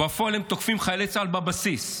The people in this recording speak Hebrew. ובפועל הם תוקפים חיילי צה"ל בבסיס.